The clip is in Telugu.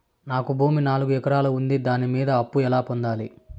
నాకు భూమి నాలుగు ఎకరాలు ఉంది దాని మీద అప్పు ఎలా పొందాలి?